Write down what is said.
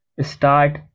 start